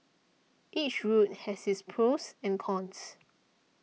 each route has its pros and cons